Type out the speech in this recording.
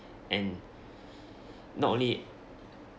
and not only